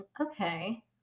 okay